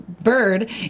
bird